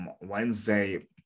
Wednesday